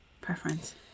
Preference